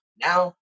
now